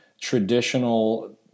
traditional